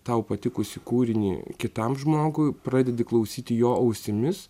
tau patikusį kūrinį kitam žmogui pradedi klausyti jo ausimis